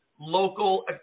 local